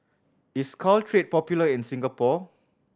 is Caltrate popular in Singapore